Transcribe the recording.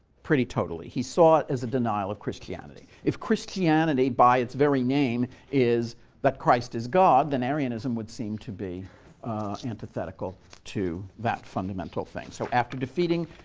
pretty totally. he saw it as a denial of christianity. if christianity by its very name is that christ is god, then arianism would seem to be antithetical to that fundamental thing. so after defeating